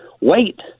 Wait